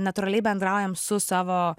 natūraliai bendraujam su savo